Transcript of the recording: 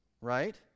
right